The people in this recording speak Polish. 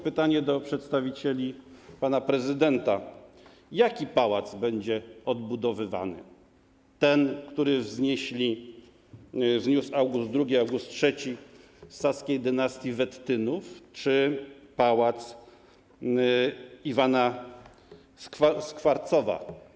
Pytanie do przedstawicieli pana prezydenta: Jaki pałac będzie odbudowywany: ten, który wznieśli August II, August III z saskiej dynastii Wettynów, czy pałac Iwana Skwarcowa?